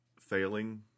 failing